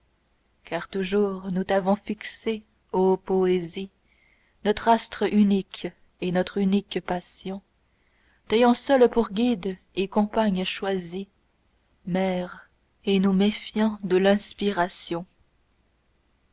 car toujours nous t'avons fixée ô poésie notre astre unique et notre unique passion t'ayant seule pour guide et compagne choisie mère et nous méfiant de l'inspiration